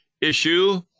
issue